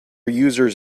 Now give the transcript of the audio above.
users